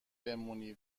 بمونی